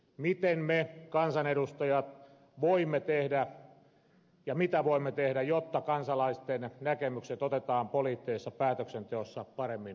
mitä me kansanedustajat voimme tehdä jotta kansalaisten näkemykset otetaan poliittisessa päätöksenteossa paremmin huomioon